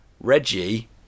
Reggie